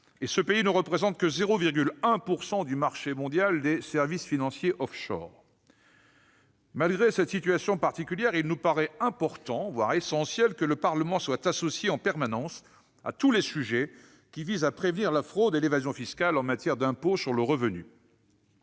ce pays ne représente que 0,1 % du marché mondial des services financiers offshore. Malgré cette situation particulière, il nous paraît important, voire essentiel, que le Parlement soit systématiquement associé dès lors qu'il s'agit de prévenir la fraude et l'évasion fiscales en matière d'impôt sur le revenu,